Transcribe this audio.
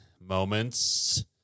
moments